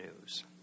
news